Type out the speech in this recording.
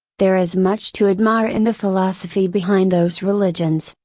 there is much to admire in the philosophy behind those religions,